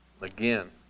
again